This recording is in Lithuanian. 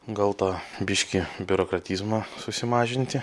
gal to biškį biurokratizmo susimažinti